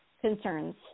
concerns